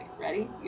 ready